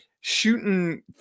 shooting